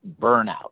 burnout